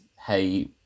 hey